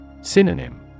Synonym